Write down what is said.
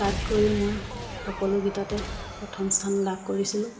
তাত গৈয়ো মই সকলোকেইটাতে প্ৰথম স্থান লাভ কৰিছিলোঁ